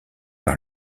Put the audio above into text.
par